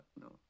no